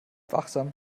wachsam